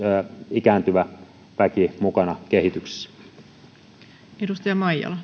ikääntyvä väki mukana kehityksessä